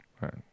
right